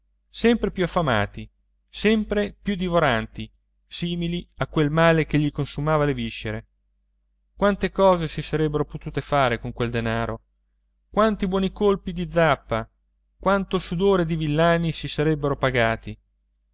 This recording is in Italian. sempre più affamati sempre più divoranti simili a quel male che gli consumava le viscere quante cose si sarebbero potute fare con quel denaro quanti buoni colpi di zappa quanto sudore di villani si sarebbero pagati